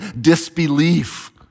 disbelief